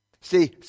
See